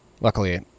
Luckily